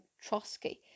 Trotsky